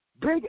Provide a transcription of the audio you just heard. Big